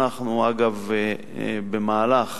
אנחנו, אגב, במהלך